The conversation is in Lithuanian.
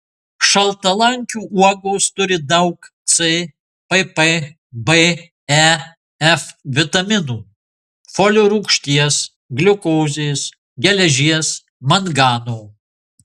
šaltalankių uogos turi daug c pp b e f vitaminų folio rūgšties gliukozės geležies mangano